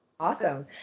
Awesome